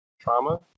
trauma